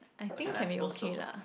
okay lah I suppose so